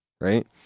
right